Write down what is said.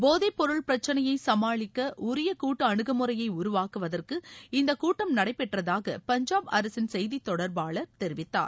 போதைப் பொருள் பிரச்சினையை சமாளிக்க உரிய கூட்டு அனுகுமுறையை உருவாக்குவதற்கு இந்த கூட்டம் நடைபெற்றதாக பஞ்சாப் அரசின் செய்தித் தொடர்பாளர் தெரிவித்தார்